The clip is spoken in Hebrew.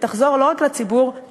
ותחזור לא רק לציבור,